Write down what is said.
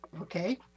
okay